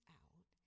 out